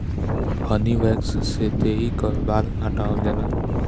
हनी wax से देहि कअ बाल हटावल जाला